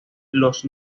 los